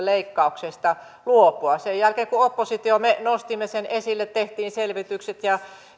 leikkauksesta luopua sen jälkeen kun me oppositiossa nostimme sen esille tehtiin selvitykset